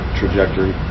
trajectory